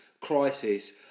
crisis